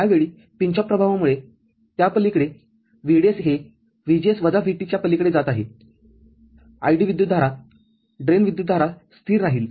त्या वेळी pinch off प्रभावामुळे त्यापलीकडे VDS हे VGS वजा VT च्या पलीकडे जात आहे ID विद्युतधाराड्रेन विद्युतधारा स्थिर राहील